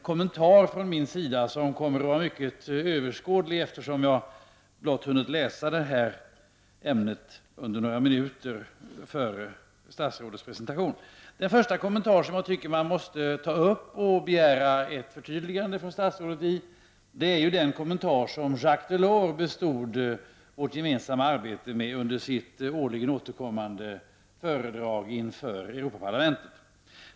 Kommentarerna från min sida kommer nu att bli mycket övergripande, eftersom jag blott har hunnit läsa det här materialet under några minuter före statsrådets presentation. Den första kommentar som jag tycker att man måste ta upp och där man måste begära ett förtydligande av statsrådet är den kommentar som Jacques Delors bestod vårt gemensamma arbete med under sitt årligen återkommande föredrag inför Europaparlamentet.